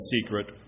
secret